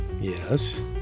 Yes